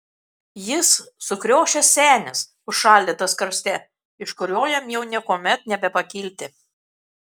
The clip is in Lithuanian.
jis sukriošęs senis užšaldytas karste iš kurio jam jau niekuomet nebepakilti